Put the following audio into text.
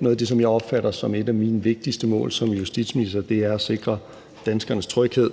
Noget af det, som jeg opfatter som et af mine vigtigste mål som justitsminister, er at sikre danskernes tryghed